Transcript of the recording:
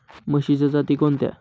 म्हशीच्या जाती कोणत्या?